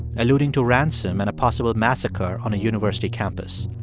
alluding to ransom and a possible massacre on a university campus.